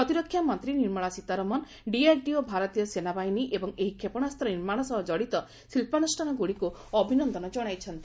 ପ୍ରତିରକ୍ଷା ମନ୍ତ୍ରୀ ନିର୍ମଳା ସୀତାରମଣ ଡିଆର୍ଡିଓ ଭାରତୀୟ ସେନାବାହିନୀ ଏବଂ ଏହି କ୍ଷେପଣାସ୍ତ ନିର୍ମାଣ ସହ ଜଡ଼ିତ ଶିଳ୍ପାନୁଷ୍ଠାନଗୁଡ଼ିକୁ ଅଭିନନ୍ଦନ ଜଣାଇଛନ୍ତି